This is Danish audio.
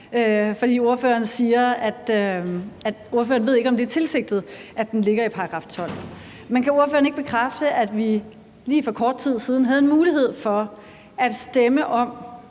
For ordføreren siger, at ordføreren ikke ved, om det er tilsigtet, at det ligger i kapitel 12. Men kan ordføreren ikke bekræfte, at vi lige for kort tid siden netop havde en mulighed for at stemme om,